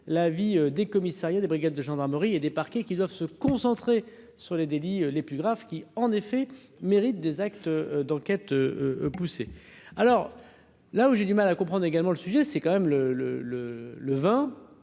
la vie des commissariats des brigades de gendarmerie et des parquets qui doivent se concentrer sur les délits les plus graves qui en effet mérite des actes d'enquête poussée alors. Là où j'ai du mal à comprendre également le sujet, c'est quand même le le